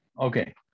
Okay